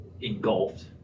Engulfed